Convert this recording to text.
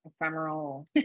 ephemeral